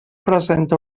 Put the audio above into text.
presenta